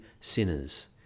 sinners